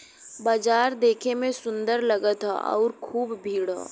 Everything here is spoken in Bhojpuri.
बाजार देखे में सुंदर लगत हौ आउर खूब भीड़ हौ